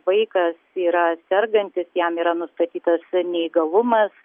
vaikas yra sergantis jam yra nustatytas neįgalumas